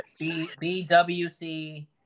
BWC